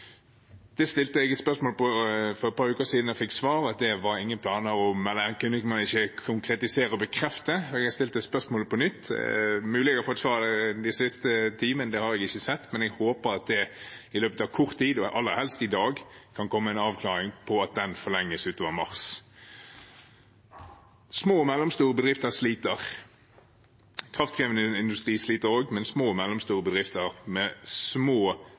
stilte jeg et spørsmål om for et par uker siden, og jeg fikk til svar at det var det ingen planer om, og man kunne ikke konkretisere og bekrefte. Jeg har stilt det spørsmålet på nytt, og det er mulig jeg har fått svar den siste timen – det har jeg ikke sett. Men jeg håper at det i løpet av kort tid, og aller helst i dag, kan komme en avklaring på at den forlenges utover mars. Små og mellomstore bedrifter sliter. Kraftkrevende industri sliter også, men små og mellomstore bedrifter med små